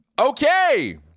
Okay